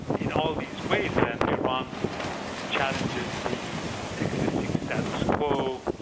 in all these ways then, iran challenges the existing status quo,